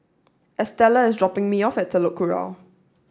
Estela is dropping me off at Telok Kurau